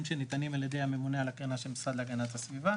שניתנים על ידי הממונה על הקרינה של המשרד להגנת הסביבה.